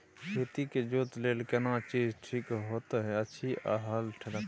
खेत के जोतय लेल केना चीज ठीक होयत अछि, हल, ट्रैक्टर?